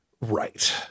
Right